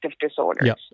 disorders